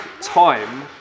time